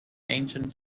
ancient